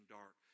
dark